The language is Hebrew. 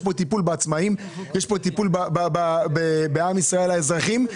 יש כאן טיפול בעצמאים ויש כאן טיפול בעם ישראל האזרחים.